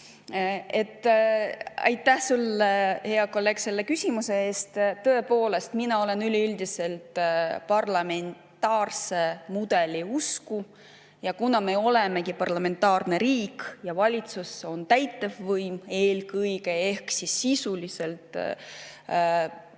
teinud. Aitäh sulle, hea kolleeg, selle küsimuse eest! Tõepoolest, mina olen üldiselt parlamentaarse mudeli usku. Kuna me olemegi parlamentaarne riik ja valitsus on täitevvõim eelkõige ehk sisuliselt võim